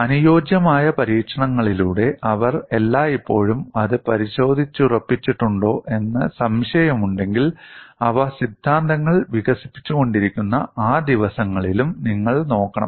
അനുയോജ്യമായ പരീക്ഷണങ്ങളിലൂടെ അവർ എല്ലായ്പ്പോഴും അത് പരിശോധിച്ചുറപ്പിച്ചിട്ടുണ്ടോ എന്ന് സംശയമുണ്ടെങ്കിൽ അവർ സിദ്ധാന്തങ്ങൾ വികസിപ്പിച്ചുകൊണ്ടിരുന്ന ആ ദിവസങ്ങളിലും നിങ്ങൾ നോക്കണം